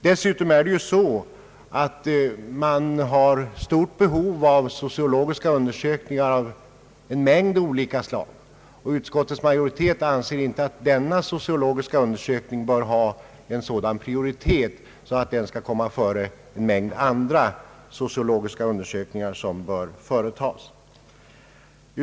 Dessutom finns ett stort behov av sociologiska undersökningar av många olika slag, och utskottsmajoriteten anser inte att denna sociologiska undersökning bör ha prioritet framför en mängd andra sådana undersökningar som också bör utföras.